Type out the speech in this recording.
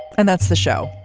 and that's the show.